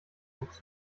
books